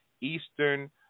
Eastern